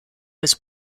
was